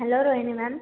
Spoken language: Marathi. hello Rohini ma'am